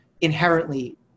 inherently